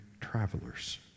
travelers